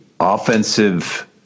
Offensive